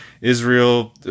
Israel